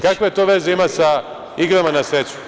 Kakve to veze ima sa igrama na sreću?